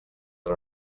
and